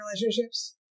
relationships